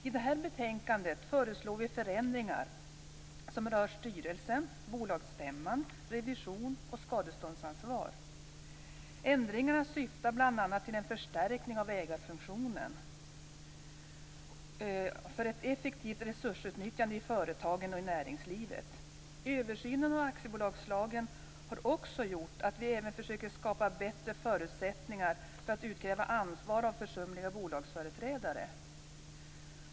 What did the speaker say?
I detta betänkande föreslår vi förändringar som rör styrelsen, bolagsstämman, revision och skadeståndsansvar. Ändringarna syftar bl.a. till en förstärkning av ägarfunktionen för ett effektivt resursutnyttjande i företagen och i näringslivet. Översynen av aktiebolagslagen har också gjort att vi även försöker skapa bättre förutsättningar för att utkräva ansvar av försumliga bolagsföreträdare.